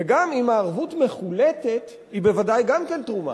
וגם אם הערבות מחולטת, היא בוודאי גם כן תרומה.